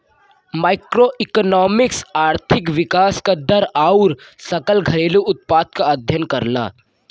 macroeconomics आर्थिक विकास क दर आउर सकल घरेलू उत्पाद क अध्ययन करला